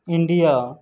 India